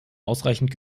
ausreichend